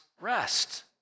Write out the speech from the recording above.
rest